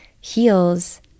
heals